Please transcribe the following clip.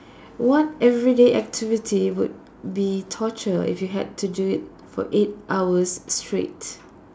what everyday activity would be torture if you had to do it for eight hours straight